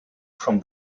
from